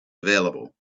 available